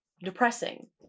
depressing